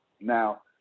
Now